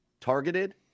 targeted